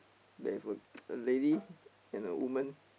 there is a a lady and a woman